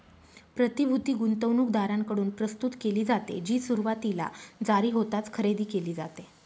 प्रतिभूती गुंतवणूकदारांकडून प्रस्तुत केली जाते, जी सुरुवातीला जारी होताच खरेदी केली जाते